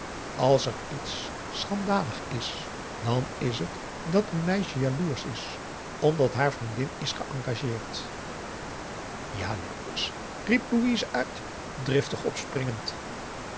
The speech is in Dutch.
als er iets schandalig is dan is het dat een meisje jaloersch is omdat haar vriendin is geëngageerd jaloersch riep louise uit driftig opspringend